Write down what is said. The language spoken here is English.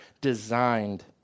designed